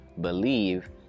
believe